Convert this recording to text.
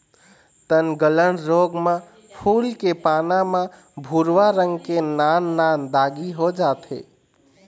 तनगलन रोग म फूल के पाना म भूरवा रंग के नान नान दागी हो जाथे